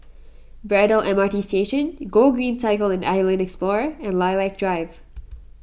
Braddell M R T Station Gogreen Cycle and Island Explorer and Lilac Drive